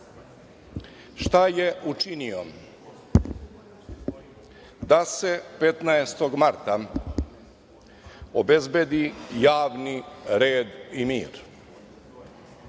šta je učinio da se 15. marta obezbedi javni red i mir?